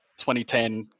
2010